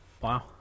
Wow